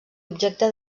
objecte